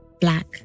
black